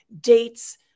Dates